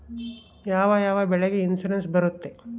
ಯಾವ ಯಾವ ಬೆಳೆಗೆ ಇನ್ಸುರೆನ್ಸ್ ಬರುತ್ತೆ?